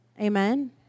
Amen